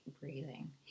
breathing